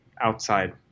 outside